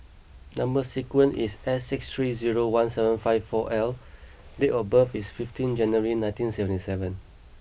number sequence is S six three zero one seven five four L date of birth is fifteen January nineteen seventy seven